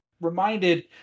reminded